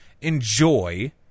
enjoy